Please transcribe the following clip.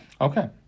Okay